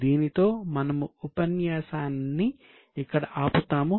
దీనితో మనము ఉపన్యాసాన్ని ఇక్కడ ఆపుతాము